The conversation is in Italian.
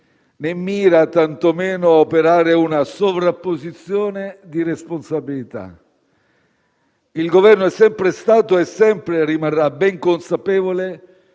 né mira tantomeno a operare una sovrapposizione di responsabilità. Il Governo è sempre stato e sempre rimarrà ben consapevole